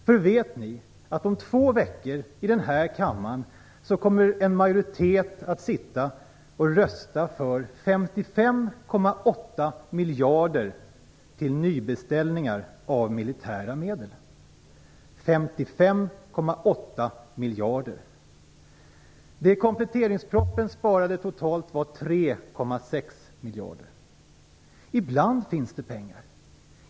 Ni vet väl att om två veckor i denna kammare kommer en majoritet att sitta och rösta för 55,8 miljarder till nybeställningar av militära medel. 55,8 miljarder! Den totala besparingen i kompletteringspropositionen var 3,6 miljarder. Ibland finns det pengar.